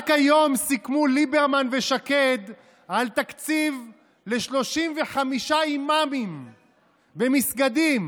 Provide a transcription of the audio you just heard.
רק היום סיכמו ליברמן ושקד על תקציב ל-35 אימאמים במסגדים.